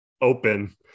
open